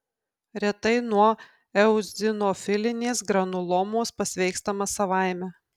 retai nuo eozinofilinės granulomos pasveikstama savaime